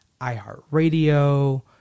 iHeartRadio